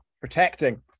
protecting